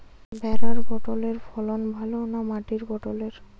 ভেরার পটলের ফলন ভালো না মাটির পটলের?